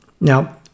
Now